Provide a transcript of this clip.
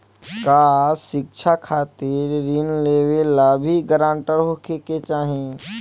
का शिक्षा खातिर ऋण लेवेला भी ग्रानटर होखे के चाही?